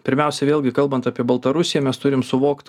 pirmiausia vėlgi kalbant apie baltarusiją mes turim suvokt